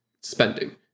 spending